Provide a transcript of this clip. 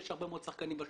ויש הרבה מאוד שחקנים בשוק.